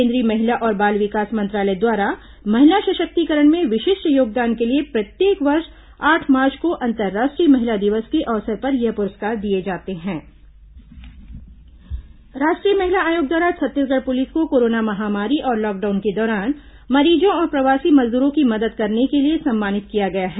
केंद्रीय महिला और बाल विकास मंत्रालय द्वारा महिला सशक्तिकरण में विशिष्ट योगदान के लिए प्रत्येक वर्ष आठ मार्च को अंतर्राष्ट्रीय महिला दिवस के अवसर पर ये पुरस्कार दिये जाते हैं पुलिस सम्मान राष्ट्रीय महिला आयोग द्वारा छत्तीसगढ़ पुलिस को कोरोना महामारी और लॉकडाउन के दौरान मरीजों और प्रवासी मजदूरों की मदद करने के लिए सम्मानित किया गया है